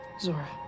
Zora